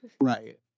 Right